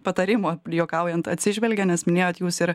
patarimo juokaujant atsižvelgė nes minėjot jūs ir